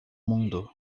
mundo